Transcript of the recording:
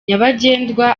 nyabagendwa